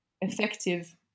effective